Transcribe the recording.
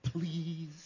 Please